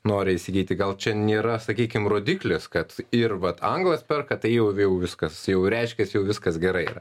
nori įsigyti gal čia nėra sakykim rodiklis kad ir vat anglas perka tai jau jau viskas jau reiškiasi jau viskas gerai yra